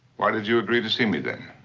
why did you agree to see me, then?